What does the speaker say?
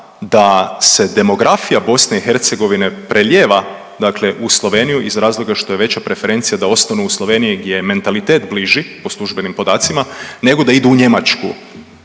da se demografija BiH prelijeva dakle u Sloveniju iz razloga što je veća preferencija da ostanu u Sloveniji gdje je mentalitet bliži po službenim podacima nego da idu u Njemačku.